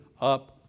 up